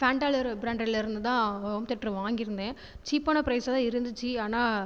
ஃபேண்டாவில ஒரு பிராண்டட்ல இருந்துதான் ஃஹோம்தேட்டர் வாங்கிருந்தேன் சீப்பான ப்ரைஸாக தான் இருந்துச்சு ஆனால்